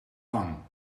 lang